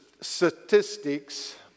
statistics